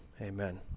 Amen